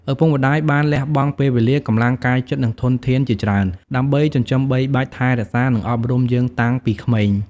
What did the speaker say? ឪពុកម្ដាយបានលះបង់ពេលវេលា កម្លាំងកាយចិត្ត និងធនធានជាច្រើន ដើម្បីចិញ្ចឹមបីបាច់ថែរក្សា និងអប់រំយើងតាំងពីក្មេង។